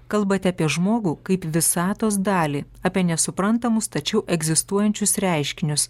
kalbate apie žmogų kaip visatos dalį apie nesuprantamus tačiau egzistuojančius reiškinius